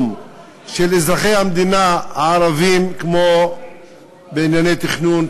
של אזרחי המדינה הערבים כמו בענייני תכנון,